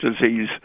disease